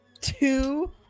two